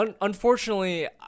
unfortunately